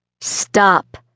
Stop